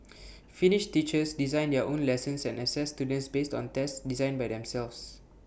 finnish teachers design their own lessons and assess students based on tests designed by themselves